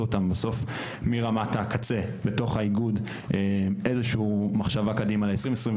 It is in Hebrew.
אותם בסוף מרמת הקצה לתוך האיגוד איזושהי מחשבה קדימה ל-2028,